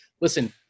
listen